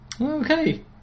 Okay